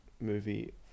movie